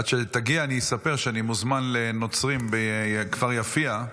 עד שתגיע, אני אספר שאני מוזמן לנוצרים בכפר יפיע.